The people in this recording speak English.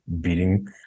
beating